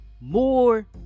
more